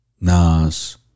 Nas